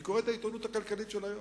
אני קורא את העיתונות הכלכלית של היום,